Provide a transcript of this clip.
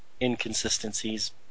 inconsistencies